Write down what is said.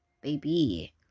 baby